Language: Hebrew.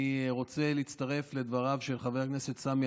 אני רוצה להצטרף לדבריו של חבר הכנסת סמי